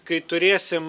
kai turėsim